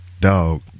dog